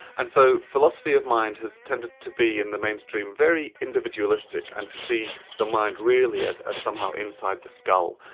and so philosophy of mind has tended to be, in the mainstream, very individualistic, and to see the mind really as as somehow inside the skull,